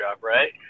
right